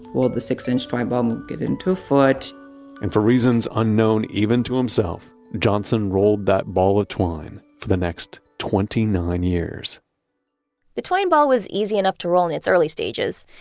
well, the six-inch twine ball would um get into a foot and for reasons unknown even to himself, johnson rolled that ball of twine for the next twenty nine years the twine ball was easy enough to roll in its early stages.